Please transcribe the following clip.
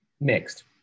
mixed